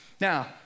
Now